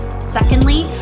Secondly